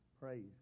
Praise